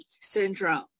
syndrome